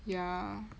ya